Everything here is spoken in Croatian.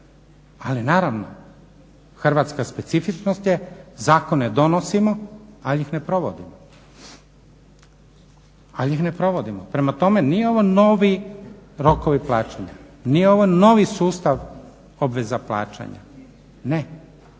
Ali naravno hrvatska specifičnost je zakone donosimo ali ih ne provodimo. Prema tome, nije ovo novi rokovi plaćanja, nije ovo novi sustav obveza plaćanja. Ne,